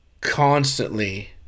constantly